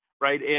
Right